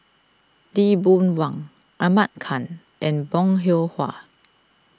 Lee Boon Wang Ahmad Khan and Bong Hiong Hwa